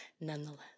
nonetheless